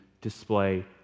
display